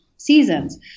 seasons